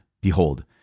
behold